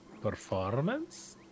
Performance